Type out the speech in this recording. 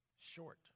short